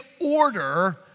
order